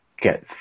get